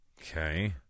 okay